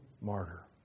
martyr